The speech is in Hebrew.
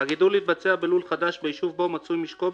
הגידול יתבצע בלול חדש ביישוב שבו מצוי משקו,